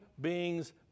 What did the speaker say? beings